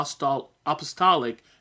apostolic